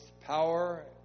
power